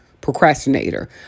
procrastinator